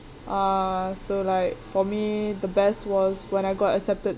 uh so like for me the best was when I got accepted